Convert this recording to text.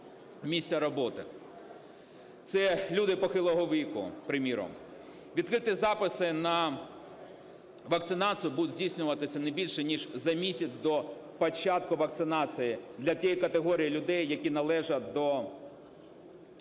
місця роботи, це люди похилого віку, приміром. Відкриті записи на вакцинацію будуть здійснюватися не більше ніж за місяць до початку вакцинації для тієї категорії людей, які належать до тієї